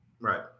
Right